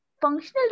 functional